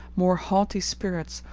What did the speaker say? more haughty spirits,